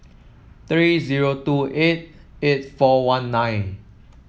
three zero two eight eight four one nine